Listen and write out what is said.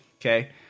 Okay